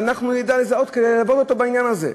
ואנחנו נדע לזהות כדי ללוות אותו בעניין הזה.